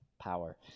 power